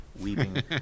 weaving